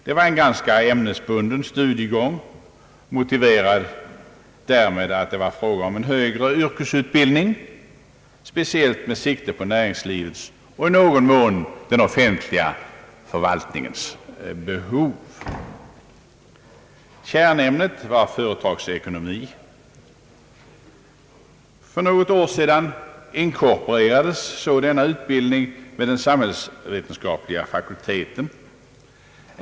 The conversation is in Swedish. Det var en ganska ämnesbunden studiegång, motiverad med att det var fråga om en högre yrkesutbildning speciellt med sik te på näringslivets och i någon mån den offentliga förvaltningens behov. Kärnämnet var företagsekonomi. För något år sedan inkorporerades denna utbildning med den samhällsvetenskapliga fakulteten.